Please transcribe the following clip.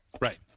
Right